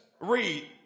read